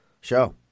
show